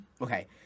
Okay